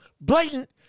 blatant